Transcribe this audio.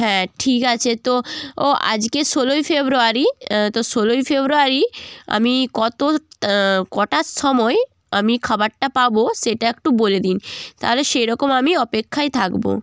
হ্যাঁ ঠিক আছে তো ও আজকে ষোলোই ফেব্রুয়ারি তো ষোলোই ফেব্রুয়ারি আমি কতো কটার সময় আমি খাবারটা পাবো সেটা একটু বলে দিন তাহলে সেরকম আমি অপেক্ষায় থাকবো